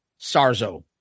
Sarzo